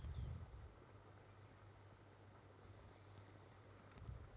నేల యొక్క పి.హెచ్ విలువ ఎట్లా తెలుసుకోవాలి?